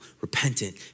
repentant